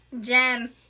Gem